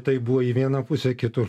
tai buvo į vieną pusę kitur